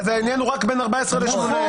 העניין הוא רק בין 14 ל-18?